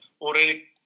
already